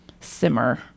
simmer